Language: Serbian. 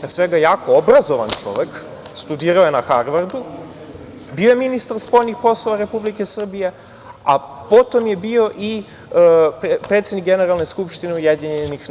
pre svega jako obrazovan, studirao je na Harvardu, bio je ministar spoljnih poslova Republike Srbije, a potom je bio i predsednik Generalne skupštine UN.